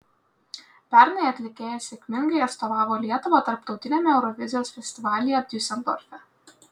pernai atlikėja sėkmingai atstovavo lietuvą tarptautiniame eurovizijos festivalyje diuseldorfe